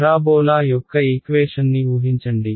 parabola యొక్క ఈక్వేషన్ని ఊహించండి